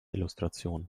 illustration